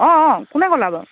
অঁ অঁ কোনে ক'লা বাৰু